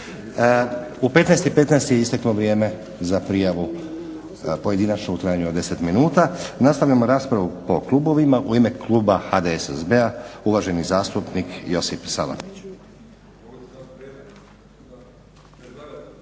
U 15,15 je isteklo vrijeme za prijavu pojedinačnu u trajanju od 10 minuta. Nastavljamo raspravu po klubovima. U ime kluba HDSSB-a uvaženi zastupnik Josip Salapić.